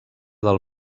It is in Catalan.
del